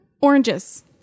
Oranges